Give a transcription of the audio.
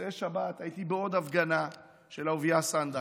במוצאי שבת הייתי בעוד הפגנה של אהוביה סנדק.